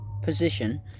position